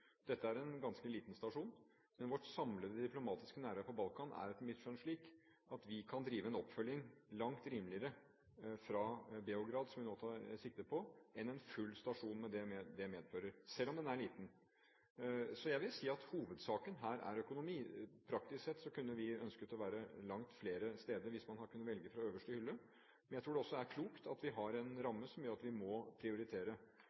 Dette er en ganske liten stasjon, men vårt samlede diplomatiske nærvær på Balkan er etter mitt skjønn slik at vi kan drive oppfølging langt rimeligere fra Beograd, som vi nå tar sikte på, enn fra en full stasjon, med det det medfører, selv om den er liten. Så jeg vil si at hovedsaken her er økonomi. Praktisk sett kunne vi ønsket å være langt flere steder hvis vi hadde kunnet velge fra øverste hylle. Men jeg tror at det også er klokt at vi har en ramme som gjør at vi må prioritere,